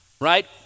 right